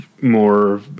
more